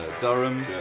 Durham